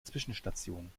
zwischenstationen